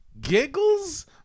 giggles